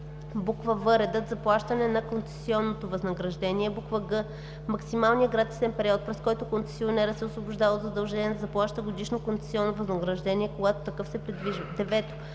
в) редът за плащане на концесионното възнаграждение; г) максималният гратисен период, през който концесионерът се освобождава от задължение да заплаща годишно концесионното възнаграждение – когато такъв се предвижда; 9.